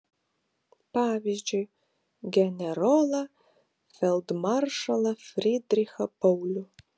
pavyzdžiui generolą feldmaršalą frydrichą paulių